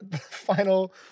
final